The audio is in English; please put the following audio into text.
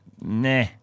nah